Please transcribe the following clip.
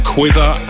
Quiver